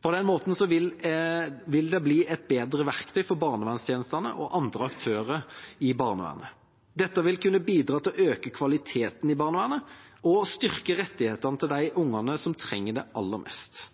På den måten vil det bli et bedre verktøy for barnevernstjenestene og andre aktører i barnevernet. Dette vil kunne bidra til å øke kvaliteten i barnevernet og styrke rettighetene til de ungene som trenger det aller mest.